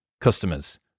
customers